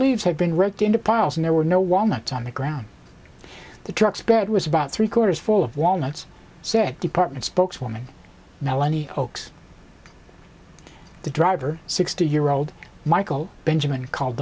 leaves had been wrecked into piles and there were no walnut on the ground the truck's bed was about three quarters full of walnuts said department spokeswoman melanie oakes the driver sixty year old michael benjamin called